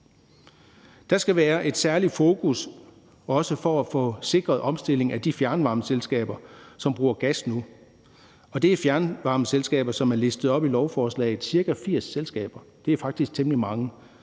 Der skal være et særligt fokus også på at få sikret omstillingen af de fjernvarmeselskaber, som bruger gas nu. Det er fjernvarmeselskaber, som er listet op i lovforslaget – ca. 80 selskaber. Det er faktisk temmelig mange.